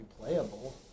playable